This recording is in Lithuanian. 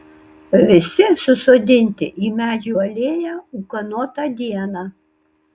visi susodinti į medžių alėją ūkanotą dieną